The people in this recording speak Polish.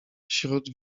śród